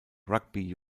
rugby